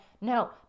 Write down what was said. No